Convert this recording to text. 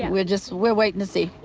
we're just we're waiting to see.